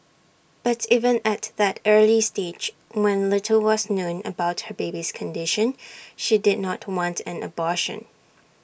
but even at that early stage when little was known about her baby's condition she did not want an abortion